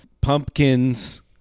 pumpkins